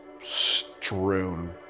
strewn